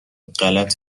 غلط